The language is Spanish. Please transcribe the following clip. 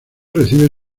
recibe